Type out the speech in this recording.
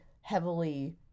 heavily